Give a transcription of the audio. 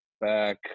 back